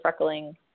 freckling